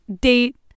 date